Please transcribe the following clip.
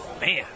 Man